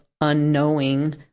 unknowing